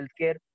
healthcare